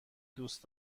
دوست